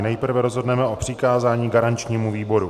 Nejprve rozhodneme o přikázání garančnímu výboru.